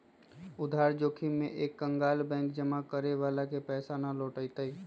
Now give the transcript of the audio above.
उधार जोखिम में एक कंकगाल बैंक जमा करे वाला के पैसा ना लौटय तय